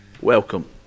Welcome